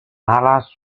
alas